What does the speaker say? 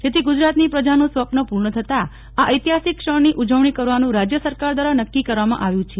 જેથી ગુજરાતની પ્રજાનું સ્વપન પૂર્ણ થતાં આ ઐતિહાસિક ક્ષણની ઉજવણી કરવાનું રાજ્ય સરકાર દ્વારા નક્કી કરવામાં આવ્યું છે